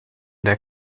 der